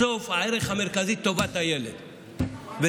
בסוף, הערך המרכזי, טובת הילד, ללא ספק.